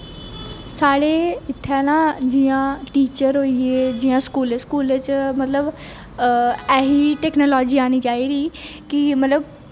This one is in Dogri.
साढ़े इत्थें ना जियां टीचर होई गे जियां स्कूलें स्कूलें च मतलब ऐसी टैकनालजी आनी चाहिदी कि मतलब